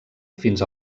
fins